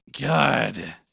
God